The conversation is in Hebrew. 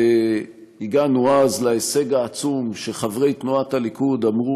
והגענו אז להישג העצום שחברי תנועת הליכוד אמרו